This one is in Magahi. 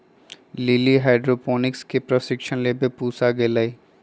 लिली हाइड्रोपोनिक्स के प्रशिक्षण लेवे पूसा गईलय